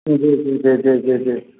जी जी जी जी जी